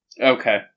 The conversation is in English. Okay